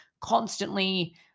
constantly